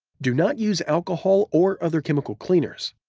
do not use alcohol or other chemical cleaners.